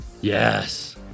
Yes